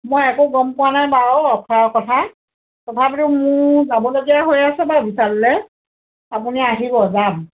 মই একো গম পোৱা নাই বাৰু অফাৰৰ কথা তথাপিতো মোৰ যাবলগীয়া হৈ আছে বাৰু বিশাললৈ আপুনি আহিব যাম